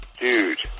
dude